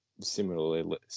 similarly